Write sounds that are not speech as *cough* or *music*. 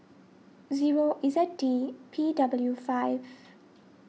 zero Z *unintelligible* D P W five